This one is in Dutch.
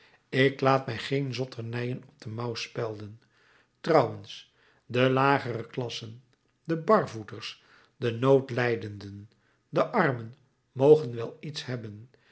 ik laat mij geen zotternijen op de mouw spelden trouwens de lagere klassen de barvoeters de noodlijdenden de armen mogen wel iets hebben